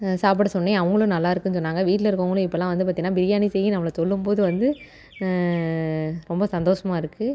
சாப்பிட சொன்னேன் அவர்களும் நல்லாயிருக்கு சொன்னாங்க வீட்டில் இருக்கறவங்களும் இப்பெல்லாம் வந்து பார்த்தீங்கன்னா பிரியாணி செய்யுனு நம்மள சொல்லும்போது வந்து ரொம்ப சந்தோஷமாக இருக்கு